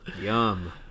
Yum